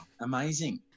amazing